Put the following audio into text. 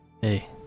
Hey